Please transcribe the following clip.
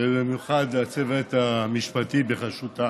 ובמיוחד הצוות המשפטי בראשותה